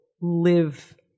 live